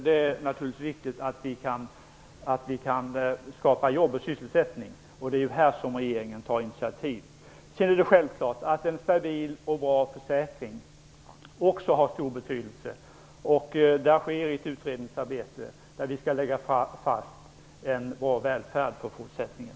Det är viktigt att vi kan skapa jobb och sysselsättning, och det är på det området som regeringen tar initiativ. Men självfallet har en stabil och bra försäkring också stor betydelse. Ett utredningsarbete pågår, och där skall vi lägga fast en bra välfärd för framtiden.